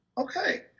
Okay